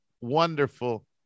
wonderful